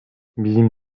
bizim